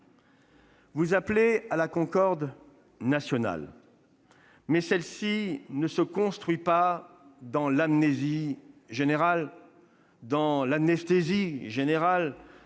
Vous appelez à la concorde nationale, mais celle-ci ne se construit pas dans l'amnésie générale, dans l'anesthésie générale